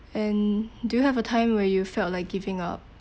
and do you have a time where you felt like giving up